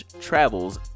travels